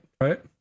right